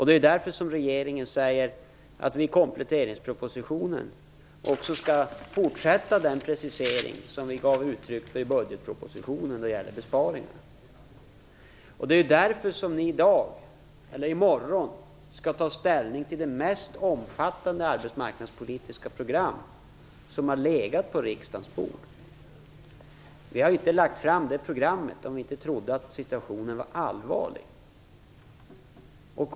Det är därför regeringen säger att vi i kompletteringspropositionen också skall fortsätta den precisering som vi gav uttryck för i budgetpropositionen då det gäller besparingar. Det är därför som ni i morgon skall ta ställning till det mest omfattande arbetsmarknadspolitiska program som har legat på riksdagens bord. Vi hade inte lagt fram det programmet om vi inte trodde att situationen var allvarlig.